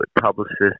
publicist